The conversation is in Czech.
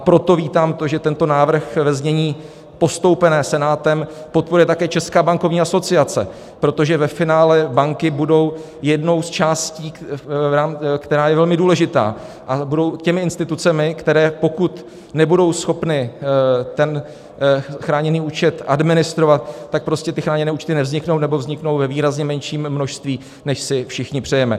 Proto vítám, že tento návrh ve znění postoupeném Senátem podporuje také Česká bankovní asociace, protože ve finále banky budou jednou z částí, která je velmi důležitá, a budou institucemi, které pokud nebudou schopny chráněný účet administrovat, tak prostě ty chráněné účty nevzniknou, nebo vzniknou ve výrazně menším množství, než si všichni přejeme.